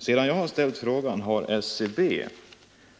Sedan jag ställde frågan har SCB